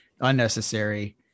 unnecessary